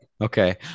Okay